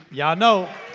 ya'll know.